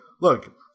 look